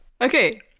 Okay